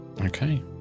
Okay